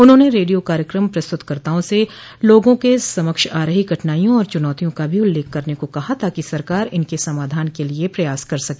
उन्होंने रेडियो कार्यक्रम प्रस्त्रतकर्ताओं से लोगों के समक्ष आ रही कठिनाइयों और चुनौतियों का भी उल्लेख करने को कहा ताकि सरकार इनके समाधान के लिए प्रयास कर सके